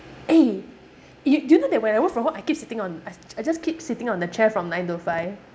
eh you do you know that when I work from home I keep sitting on I I just keep sitting on the chair from nine to five